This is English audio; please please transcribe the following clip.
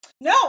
No